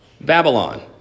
Babylon